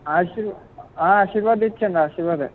ఆశీర్ ఆశీర్వాద్ ఇచ్చేయండి ఆశీర్వదే